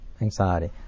anxiety